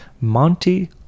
Monty